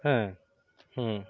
হ্যাঁ